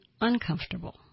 uncomfortable